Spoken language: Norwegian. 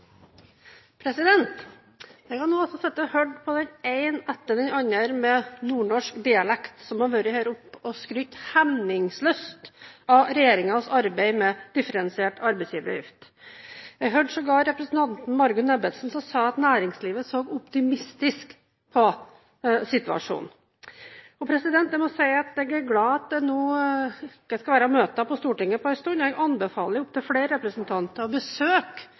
Jeg har nå sittet og hørt på den ene etter den andre med nordnorsk dialekt, som har vært her oppe og skrytt hemningsløst av regjeringens arbeid med differensiert arbeidsgiveravgift. Jeg hørte sågar representanten Margunn Ebbesen si at næringslivet så optimistisk på situasjonen. Jeg må si at jeg er glad for at det nå ikke skal være møter på Stortinget på en stund, og jeg anbefaler opptil flere representanter å besøke de berørte bedriftene og